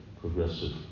progressive